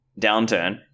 downturn